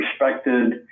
respected